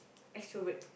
extrovert